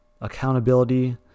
accountability